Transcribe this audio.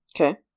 Okay